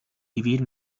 vivir